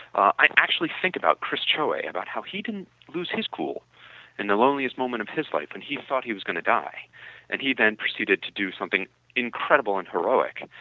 i actually think about chris choay about how he can lose his cool in the loneliest moment of his life and he thought he was going to die and he then preceded to do something incredible and heroic.